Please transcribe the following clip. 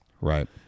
Right